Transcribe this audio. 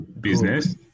business